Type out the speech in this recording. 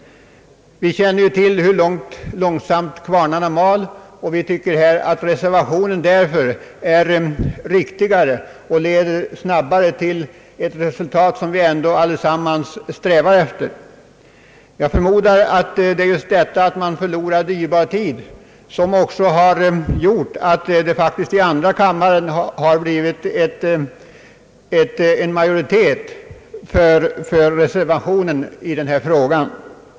Vi känner ju till hur långsamt kvarnarna mal. Vi tycker därför att reservationen är riktigare, eftersom den snabbare leder till det resultat som vi allesammans ändå strävar efter. Jag förmodar att det är just detta faktum att man förlorar dyrbar tid som har medfört att majoriteten i andra kammaren faktiskt har biträtt reservationen i denna fråga.